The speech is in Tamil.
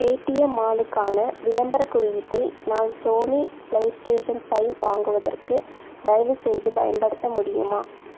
பேடிஎம் மாலுக்கான விளம்பரக் குறியீட்டை நான் சோனி ப்ளே ஸ்டேஷன் ஃபைவ் வாங்குவதற்கு தயவுசெய்து பயன்படுத்த முடியுமா